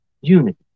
Unity